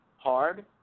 Hard